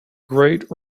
great